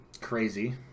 crazy